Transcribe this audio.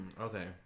Okay